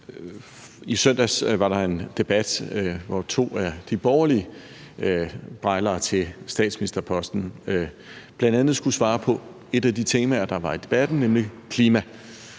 I søndags var der en debat, hvor to af de borgerlige bejlere til statsministerposten bl.a. skulle give svar i forbindelse med et af de temaer, der blev taget op i debatten, nemlig klimaet.